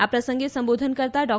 આ પ્રસંગે સંબોધન કરતાં ડો